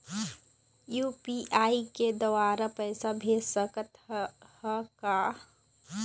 UPI के द्वारा पैसा भेज सकत ह का?